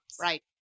Right